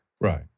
Right